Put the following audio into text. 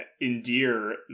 endear